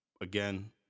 again